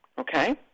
okay